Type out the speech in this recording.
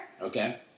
okay